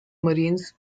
marines